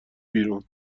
بیرون